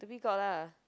Dhoby-Ghaut lah